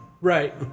Right